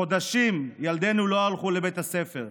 חודשים ילדינו לא הלכו לבית הספר,